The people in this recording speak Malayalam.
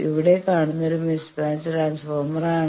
ഇവിടെ കാണുന്നത് ഒരു മിസ്മാച്ച് ട്രാൻസ്ഫോർമറാണ്